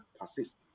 persist